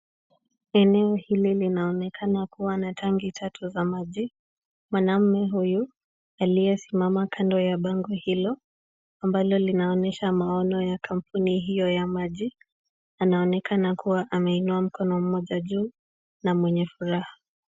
Eneo hili linaonekana kuwa wa tanki tatu za maji. Mwanaume huyu aliyesimama kando ya bango hilo, ambalo linaonyesha maono ya kampuni hiyo ya maji, anaonekana kuwa ameinua mkono mmoja juu na mwenye furaha.